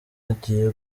agiye